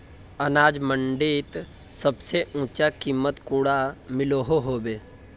अनाज मंडीत सबसे ऊँचा कीमत कुंडा मिलोहो होबे?